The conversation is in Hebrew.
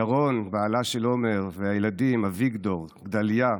ירון, בעלה של עומר, והילדים: אביגדור, גדליה,